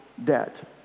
debt